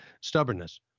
stubbornness